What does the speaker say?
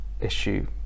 issue